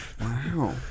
Wow